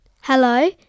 Hello